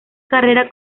carrera